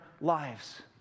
lives